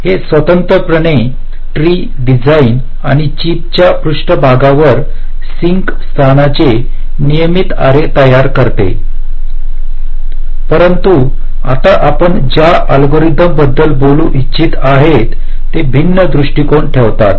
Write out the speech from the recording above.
हे स्वतंत्रपणे tree design आणि चिपच्या पृष्ठभागावर सिंक स्थानाचे नियमित अॅरे तयार करते परंतु आता आपण ज्या अल्गोरिदम बद्दल बोलू इच्छित आहोत ते भिन्न दृष्टिकोन ठेवतात